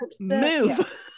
move